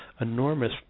enormous